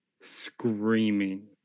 screaming